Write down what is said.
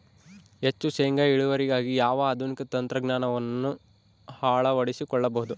ಹೆಚ್ಚು ಶೇಂಗಾ ಇಳುವರಿಗಾಗಿ ಯಾವ ಆಧುನಿಕ ತಂತ್ರಜ್ಞಾನವನ್ನು ಅಳವಡಿಸಿಕೊಳ್ಳಬೇಕು?